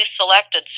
selected